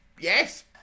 Yes